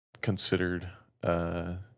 considered